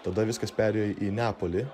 tada viskas perėjo į neapolį